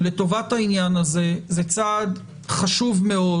לטובת העניין הזה זה צעד חשוב מאוד,